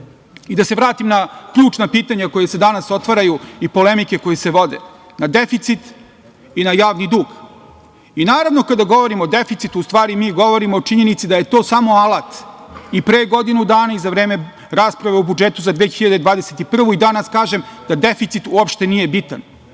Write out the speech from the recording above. I da se vratim na ključna pitanja koja se danas otvaraju i polemike koje se vode, na deficit i na javni dug. Naravno kada govorimo o deficitu u stvari mi govorimo o činjenici da je to samo alat i pre godinu dana i za vreme rasprave o budžetu za 2021. godinu i danas kažem da deficit uopšte nije bitan.